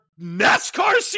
nascar